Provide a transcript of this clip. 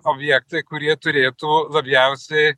objektai kurie turėtų labiausiai